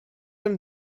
him